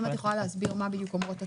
אם את יכולה להסביר מה בדיוק אומרות התקנות?